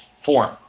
form